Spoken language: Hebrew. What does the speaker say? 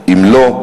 3. אם לא,